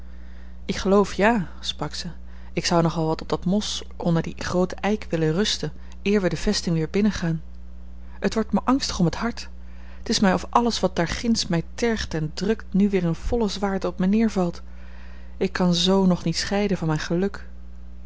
ik geloof ja sprak zij ik zou nog wel wat op dat mos onder dien grooten eik willen rusten eer wij de vesting weer binnengaan het wordt mij angstig om het hart het is mij of alles wat daar ginds mij tergt en drukt nu weer in volle zwaarte op mij neervalt ik kan z nog niet scheiden van mijn geluk